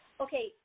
Okay